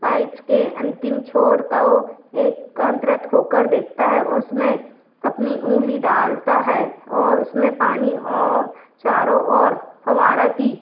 pipe के अन्तिम छोर का वो एकान्तृत होकर देखता है और उसमें अपनी ऊँगली डालता है और उसमें पानी और चारों और फव्वारा की